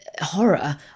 horror